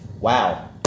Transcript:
Wow